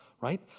right